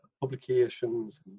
publications